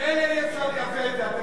ממילא אי-אפשר לייבא את זה, אתה יודע.